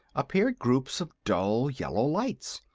appeared groups of dull yellow lights,